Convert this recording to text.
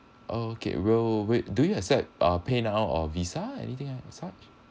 okay we'll wait do you accept uh paynow or visa anything as such